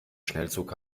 schnellzug